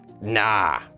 Nah